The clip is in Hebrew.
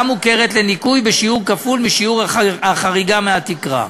מוכרת לניכוי בשיעור כפול משיעור החריגה מהתקרה.